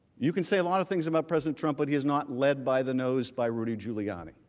you can say a lot of things about president trump but he is not led by the nose by rudy giuliani.